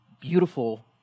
beautiful